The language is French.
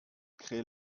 crée